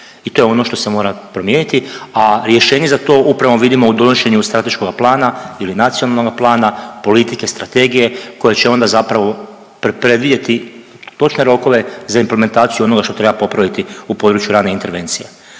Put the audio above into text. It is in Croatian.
I to je ono što se mora promijeniti, a rješenje za to upravo vidimo u donošenju strateškoga plana ili nacionalnog plana politike strategije koja će onda zapravo predvidjeti točne rokove za implementaciju onoga što treba popraviti u području rane intervencije.